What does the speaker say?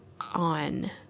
on